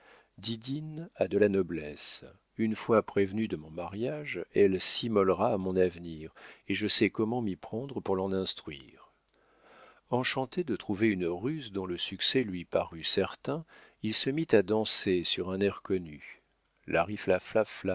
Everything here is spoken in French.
a de la noblesse une fois prévenue de mon mariage elle s'immolera à mon avenir et je sais comment m'y prendre pour l'en instruire enchanté de trouver une ruse dont le succès lui parut certain il se mit à danser sur un air connu